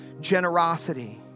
generosity